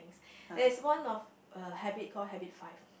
there's one of a habit call habit five